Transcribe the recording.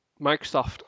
Microsoft